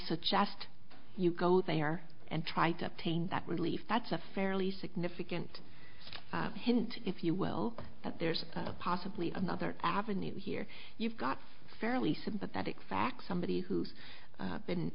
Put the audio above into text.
suggest you go there and try to obtain that relief that's a fairly significant hint if you will that there's possibly another avenue here you've got fairly sympathetic facts somebody who's been